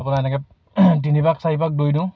আপোনাৰ এনেকৈ তিনিপাক চাৰিপাক দৌৰি দিওঁ